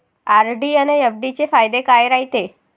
RD अन FD चे फायदे काय रायते?